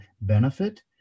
benefit